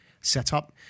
setup